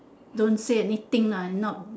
don't say anything ah if not